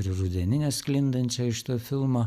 ir rudeninę sklindančią iš to filmo